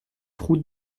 route